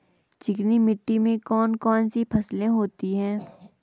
चिकनी मिट्टी में कौन कौन सी फसलें होती हैं?